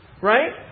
Right